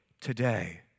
today